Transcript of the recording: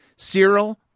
Cyril